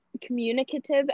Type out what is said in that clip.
communicative